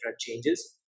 changes